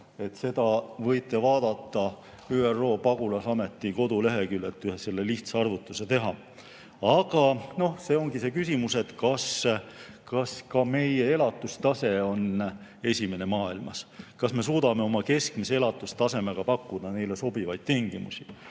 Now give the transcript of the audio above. Seda võite vaadata ÜRO pagulasameti koduleheküljelt ja ühe lihtsa arvutuse teha. Ja see ongi küsimus, kas ka meie elatustase on esimeste seas maailmas, kas me suudame oma keskmise elatustasemega pakkuda neile sobivaid tingimusi.